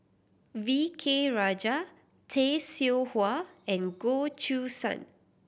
V K Rajah Tay Seow Huah and Goh Choo San